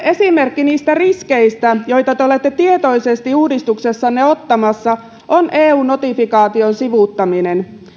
esimerkki niistä riskeistä joita te olette tietoisesti uudistuksessanne ottamassa on eu notifikaation sivuuttaminen